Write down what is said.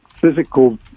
physical